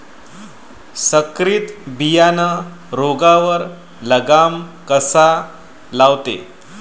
संकरीत बियानं रोगावर लगाम कसा लावते?